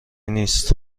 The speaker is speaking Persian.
نیست